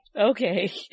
Okay